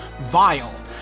Vile